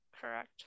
Correct